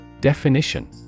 DEFINITION